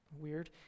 weird